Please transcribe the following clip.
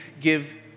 give